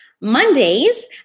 Mondays